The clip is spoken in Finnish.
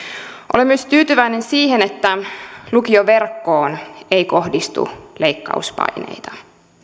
olen myös tyytyväinen siihen että lukioverkkoon ei kohdistu leikkauspaineita